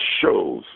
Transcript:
shows